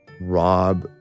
Rob